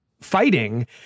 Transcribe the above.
fighting